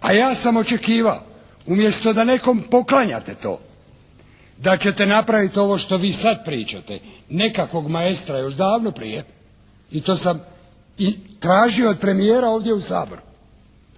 a ja sam očekivao umjesto da nekom poklanjate to da ćete napraviti ovo što vi sad pričate nekakvog maestra još davno prije i to sam i tražio od premijera ovdje u Saboru,